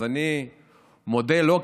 אז אני מודה לו,